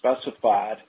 specified